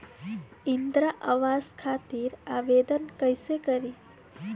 इंद्रा आवास खातिर आवेदन कइसे करि?